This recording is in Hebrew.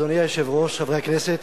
אדוני היושב-ראש, חברי הכנסת,